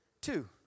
two